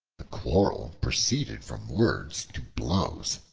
the quarrel proceeded from words to blows,